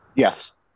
Yes